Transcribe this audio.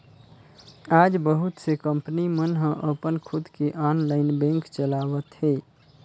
आज बहुत से कंपनी मन ह अपन खुद के ऑनलाईन बेंक चलावत हे